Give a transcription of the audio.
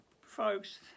folks